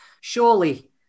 surely